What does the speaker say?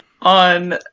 on